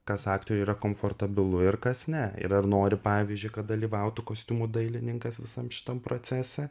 kas aktoriui yra komfortabilu ir kas ne ir ar nori pavyzdžiui kad dalyvautų kostiumų dailininkas visam šitam procese